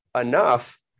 enough